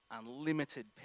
unlimited